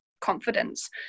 confidence